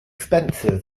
expensive